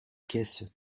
caisse